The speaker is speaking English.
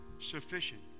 sufficient